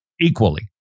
equally